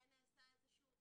-- כן נעשה איזה שהוא,